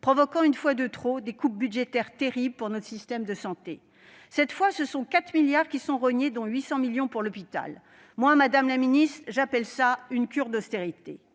provoquant, une fois de trop, des coupes budgétaires terribles pour notre système de santé. Cette fois, ce sont 4 milliards d'euros qui sont rognés, dont 800 millions pour l'hôpital. Moi, madame la ministre, j'appelle cela une cure d'austérité